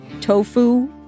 Tofu